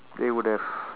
they would have